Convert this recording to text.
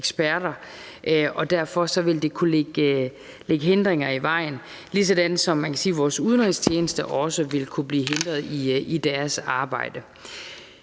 eksperter. Derfor vil det kunne lægge hindringer i vejen, ligesom man kan sige, at vores udenrigstjeneste også ville kunne blive hindret i deres arbejde.